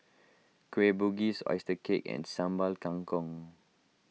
Kueh Bugis Oyster Cake and Sambal Kangkong